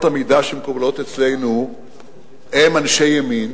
המידה שפועלות אצלנו הם אנשי ימין,